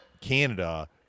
Canada